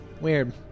Weird